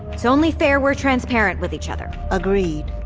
it's only fair we're transparent with each other agreed.